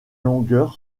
longueur